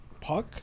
puck